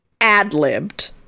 Ad-libbed